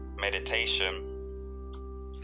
meditation